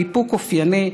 באיפוק אופייני,